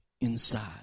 inside